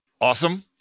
Awesome